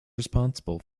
responsible